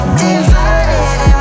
divided